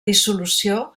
dissolució